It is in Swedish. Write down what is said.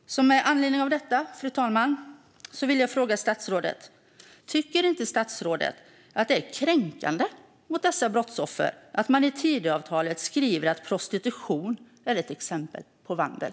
Med anledning av detta, fru talman, vill jag fråga statsrådet: Tycker inte statsrådet att det är kränkande mot dessa brottsoffer att man i Tidöavtalet skriver att prostitution är ett exempel på vandel?